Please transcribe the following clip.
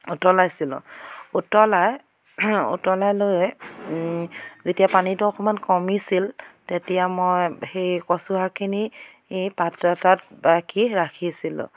উতলাইছিলোঁ উতলাই উতলাই লৈ যেতিয়া পানীটো অকণমান কমিছিল তেতিয়া মই সেই কচু শাকখিনি নি পাত্ৰ এটাত বাকি ৰাখিছিলোঁ